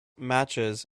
matches